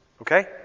Okay